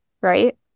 right